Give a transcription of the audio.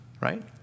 right